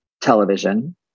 television